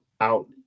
out